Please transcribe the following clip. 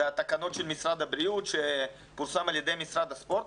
זה התקנות של משרד הבריאות שפורסם על ידי משרד הספורט.